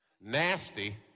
nasty